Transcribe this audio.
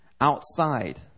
outside